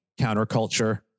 counterculture